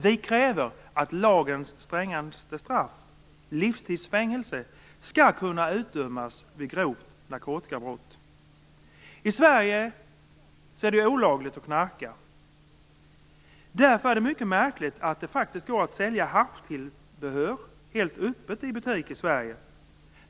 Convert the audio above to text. Vi kräver att lagens strängaste straff, livstids fängelse, skall kunna utdömas vid grovt narkotikabrott. I Sverige är det olagligt att knarka. Därför är det mycket märkligt att det faktiskt går att sälja haschtillbehör helt öppet i butik i Sverige.